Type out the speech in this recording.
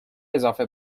اضافه